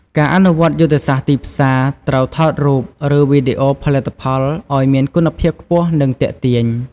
ការអនុវត្តយុទ្ធសាស្ត្រទីផ្សារ ត្រូវថតរូប ឬវីដេអូផលិតផលឱ្យមានគុណភាពខ្ពស់ និងទាក់ទាញ។